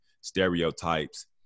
stereotypes